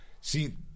see